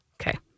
Okay